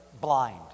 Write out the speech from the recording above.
blind